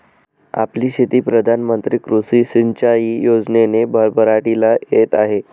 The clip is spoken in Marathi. आपली शेती प्रधान मंत्री कृषी सिंचाई योजनेने भरभराटीला येत आहे